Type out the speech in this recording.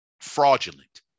fraudulent